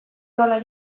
nola